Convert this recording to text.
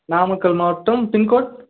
நாமக்கல் மாவட்டம் பின்கோட்